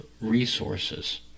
resources